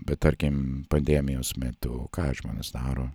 bet tarkim pandemijos metu ką žmonės daro